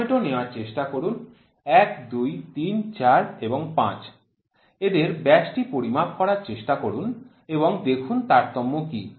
tomato নেওয়ার চেষ্টা করুন ১ ২ ৩ ৪ এবং ৫ এদের ব্যাসটি পরিমাপ করার চেষ্টা করুন এবং দেখুন তারতম্য কী